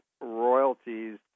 royalties